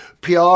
PR